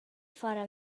fore